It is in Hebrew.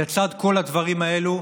לצד כל הדברים האלה,